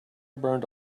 burned